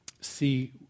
see